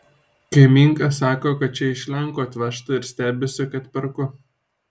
kaimynka sako kad čia iš lenkų atvežta ir stebisi kad perku